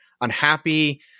unhappy